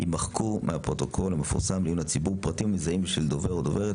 יימחקו מהפרוטוקול המפורסם לעיון הציבור פרטים מזהים של דובר או דוברת